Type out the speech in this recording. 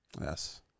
yes